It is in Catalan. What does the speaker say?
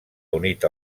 unit